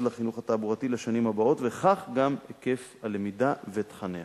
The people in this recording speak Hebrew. לחינוך התעבורתי לשנים הבאות וגם היקף הלמידה ותכניה.